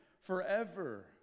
forever